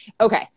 Okay